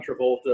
Travolta